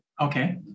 Okay